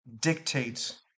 dictates